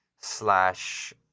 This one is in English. slash